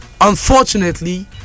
Unfortunately